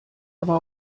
aber